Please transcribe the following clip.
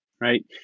right